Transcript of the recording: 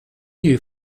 you